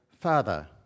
Father